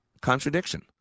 contradiction